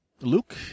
Luke